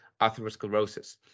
atherosclerosis